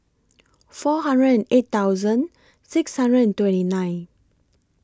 four hundred and eight thousand six hundred twenty nine